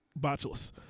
botulism